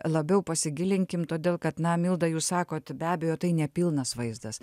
labiau pasigilinkim todėl kad na milda jūs sakot be abejo tai nepilnas vaizdas